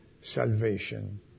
salvation